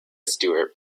stuart